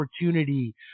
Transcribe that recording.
opportunity